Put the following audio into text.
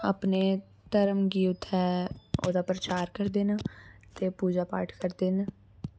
अपने धर्म गी उत्थें ओह्दा प्रचार करदे न ते पूजा पाठ करदे न